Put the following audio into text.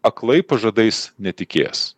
aklai pažadais netikės